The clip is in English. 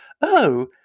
Oh